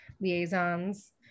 liaisons